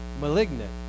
malignant